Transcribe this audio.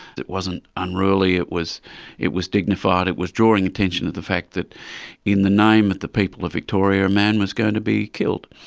it wasn't unruly, it was it was dignified, it was drawing attention to the fact that in the name of the people of victoria, a man was going to be killed.